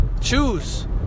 Choose